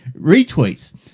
retweets